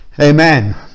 Amen